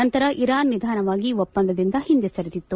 ನಂತರ ಇರಾನ್ ನಿಧಾನವಾಗಿ ಒಪ್ಪಂದದಿಂದ ಹಿಂದೆ ಸರಿದಿತ್ತು